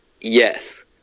Yes